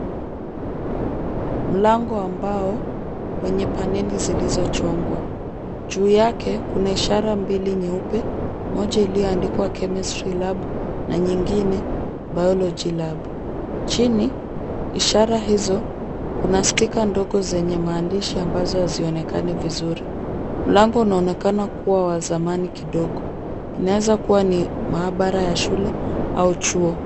Mlango wa mbao wenye paneli zilizochongwa. Juu yake kuna ishara mbili nyeupe moja iliyoandikwa chemistry lab na nyingine biology lab .Chini ishara hizo kuna stika ndogo zenye maandishi ambazo hazionekani vizuri. Mlango unaonekana kuwa wa zamani kidogo, inaweza kuwa ni maabara ya shule au chuo.